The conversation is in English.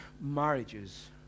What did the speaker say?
marriages